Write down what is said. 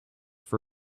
for